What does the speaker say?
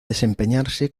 desempeñarse